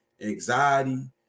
anxiety